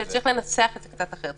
אני חושבת שצריך לנסח את זה קצת אחרת.